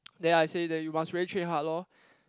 then I say that you must really train hard lor